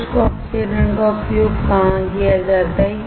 शुष्क ऑक्सीकरण का उपयोग कहाँ किया जाता है